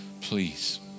please